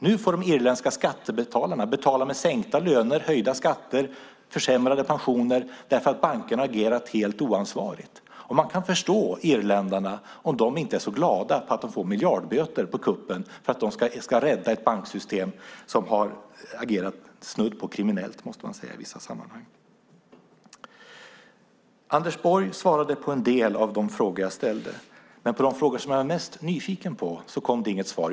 Nu får de irländska skattebetalarna betala med sänkta löner, höjda skatter och försämrade pensioner för att bankerna har agerat helt oansvarigt. Man kan förstå irländarna om de inte är så glada över att få miljardböter för att rädda ett banksystem som har agerat snudd på kriminellt i vissa sammanhang. Anders Borg svarade på en del av de frågor jag ställde. På de frågor som jag är mest nyfiken på kom det inget svar.